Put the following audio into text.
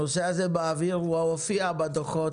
הנושא הזה באוויר והוא הופיע בדוחות